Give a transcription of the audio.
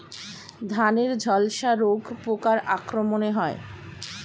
ধানের ঝলসা রোগ পোকার আক্রমণে হয়?